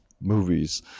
movies